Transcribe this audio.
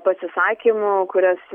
pasisakymų kuriuos